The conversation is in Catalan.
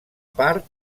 part